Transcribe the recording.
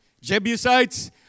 Jebusites